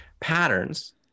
patterns